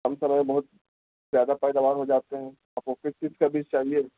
کم سمے میں بہت زیادہ پیدوار ہو جاتے ہیں آپ کو کس چیز کا بیچ چاہیے